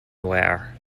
noire